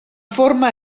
forma